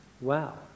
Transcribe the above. Wow